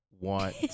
want